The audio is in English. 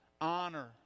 Honor